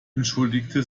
entschuldigte